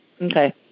Okay